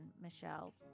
Michelle